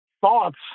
thoughts